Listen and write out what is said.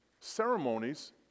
ceremonies